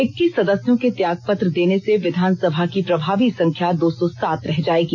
इक्कीस सदस्यों के त्यागपत्र देने से विधानसभा की प्रभावी संख्या दो सौ सात रह जाएगी